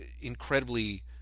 incredibly